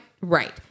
Right